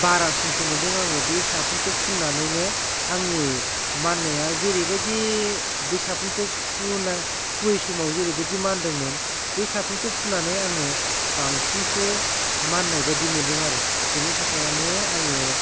बारासिनसो मोनदों आङो बे साफुनखौ फुननानैनो आंनि माननाया जेरैबायदि बे साफुनखौ फुनाय फुयै समाव जेरैबायदि मानदोंमोन बे साफुनखौ फुनानै आङो बांसिनसो माननायबायदि मोनदोंआरो बिनि थाखायानो आङो